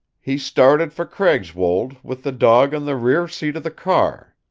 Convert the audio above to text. he started for craigswold, with the dog on the rear seat of the car.